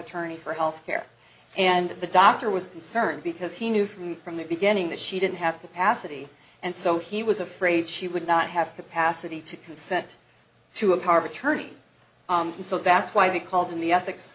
attorney for health care and the doctor was concerned because he knew from from the beginning that she didn't have capacity and so he was afraid she would not have capacity to consent to a carb attorney and so that's why they called in the ethics